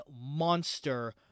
monster